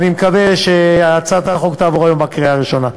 אני מקווה שהצעת החוק תעבור היום בקריאה ראשונה.